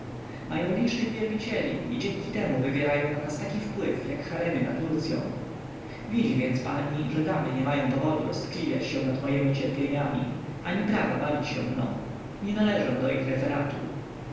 mają licznych wielbicieli i dzięki temu wywierają na nas taki wpływ jak haremy na turcyą widzi więc pani że damy nie mają powodu roztkliwiać się nad mojemi cierpieniami ani prawa bawić się mną nie należę do ich referatu